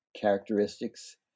characteristics